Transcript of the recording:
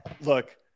look